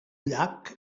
llac